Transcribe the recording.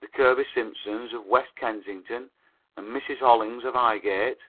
the kirby simpsons, of west kensington and mrs. hollings, of highgate